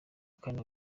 kane